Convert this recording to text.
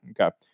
Okay